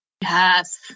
Yes